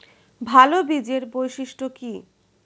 ভাল বীজের বৈশিষ্ট্য কী?